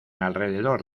alrededor